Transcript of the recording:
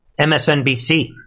MSNBC